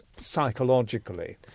psychologically